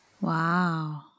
Wow